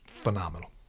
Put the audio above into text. phenomenal